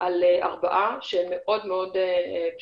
על ארבעה שהם מאוד בשלים.